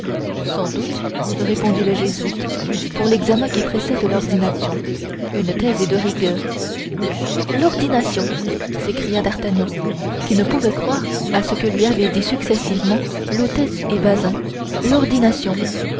sans doute répondit le jésuite pour l'examen qui précède l'ordination une thèse est de rigueur l'ordination s'écria d'artagnan qui ne pouvait croire à ce que lui avaient dit successivement l'hôtesse et bazin l'ordination